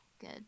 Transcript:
good